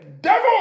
devil